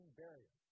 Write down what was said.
barrier